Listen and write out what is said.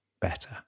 better